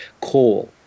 coal